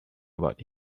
about